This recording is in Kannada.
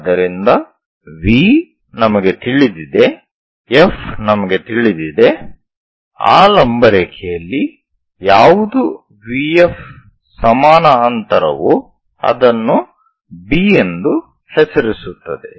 ಆದ್ದರಿಂದ V ನಮಗೆ ತಿಳಿದಿದೆ F ನಮಗೆ ತಿಳಿದಿದೆ ಆ ಲಂಬ ರೇಖೆಯಲ್ಲಿ ಯಾವುದು VF ಸಮಾನ ಅಂತರವು ಅದನ್ನು B ಎಂದು ಹೆಸರಿಸುತ್ತದೆ